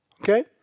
Okay